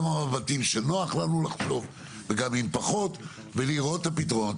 גם עם המבטים שנוח לנו וגם עם אלה שפחות כדי לראות את הפתרונות.